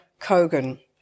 Kogan